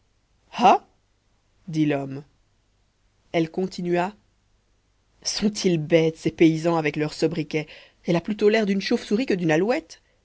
dit l'homme elle continua sont-ils bêtes ces paysans avec leurs sobriquets elle a plutôt l'air d'une chauve-souris que d'une alouette